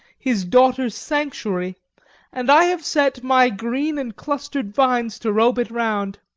his daughter's sanctuary and i have set my green and clustered vines to robe it round